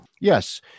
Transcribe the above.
Yes